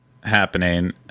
happening